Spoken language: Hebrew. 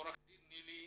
עו"ד נילי